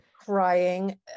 crying